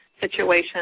situation